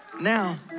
Now